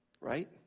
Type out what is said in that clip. Right